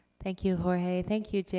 thank you, jorge. thank you,